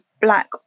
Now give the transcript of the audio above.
black